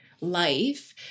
life